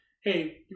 hey